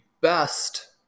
best